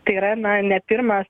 tai yra na ne pirmas